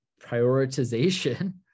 prioritization